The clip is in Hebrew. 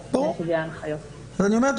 אני אומר,